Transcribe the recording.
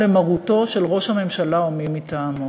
למרותו של ראש הממשלה או מי מטעמו.